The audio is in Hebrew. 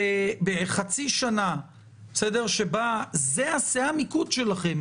ובחצי שנה שבה זה שיא המיקוד שלך,